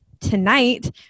tonight